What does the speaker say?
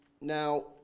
Now